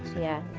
yeah.